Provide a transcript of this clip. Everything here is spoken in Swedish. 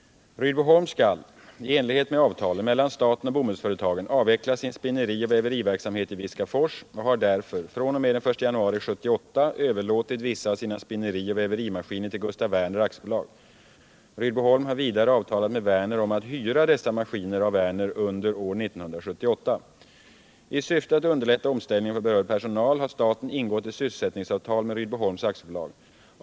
Rydboholms skall i enlighet med avtalen mellan staten och bomullsföretagen avveckla sin spinnerioch väveriverksamhet i Viskafors och har därför från och med den 1 januari 1978 överlåtit vissa av sina spinnerioch väverimaskiner till Gustaf Werner AB. Rydboholm har vidare avtalat med Werner om att hyra dessa maskiner av Werner under år 1978. I syfte att underlätta omställningen för berörd personal har staten ingått ett sysselsättningsavtal med Rydboholms AB.